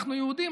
אנחנו יהודים,